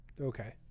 Okay